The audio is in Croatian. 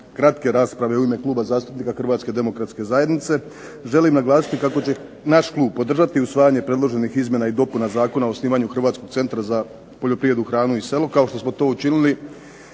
kratke rasprave u ime Kluba zastupnika Hrvatske demokratske zajednice želim naglasiti kako će naš klub podržati usvajanje predloženih izmjena i dopuna Zakona o osnivanju Hrvatskog centra za poljoprivredu, hranu i selo kao što smo to učinili